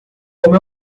como